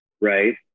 right